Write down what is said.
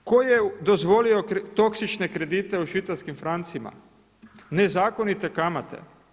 Tko je dozvolio toksične kredite u švicarskim francima, nezakonite kamate?